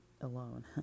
alone